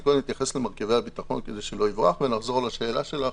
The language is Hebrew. אני קודם אתייחס למרכיבי הביטחון ואז אחזור לשאלה שלך.